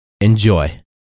Enjoy